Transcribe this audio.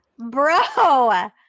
bro